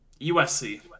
USC